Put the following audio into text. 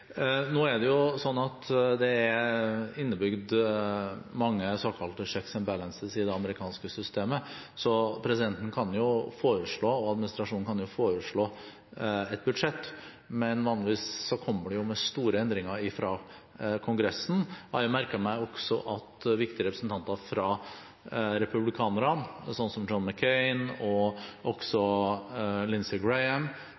Nå er det jo sånn at det er innebygd mange såkalte «checks and balances» i det amerikanske systemet, så presidenten og administrasjonen kan foreslå et budsjett, men vanligvis kommer det med store endringer fra Kongressen. Jeg har også merket meg at viktige representanter fra republikanerne, som John McCain og